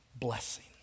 blessing